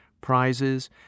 prizes